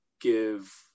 give